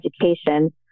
education